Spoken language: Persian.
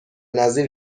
نظیر